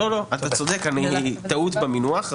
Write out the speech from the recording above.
אתה צודק, טעות במינוח.